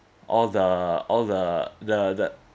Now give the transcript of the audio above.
all the all the the the